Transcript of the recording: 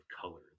color